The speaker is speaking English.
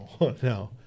no